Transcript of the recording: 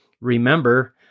remember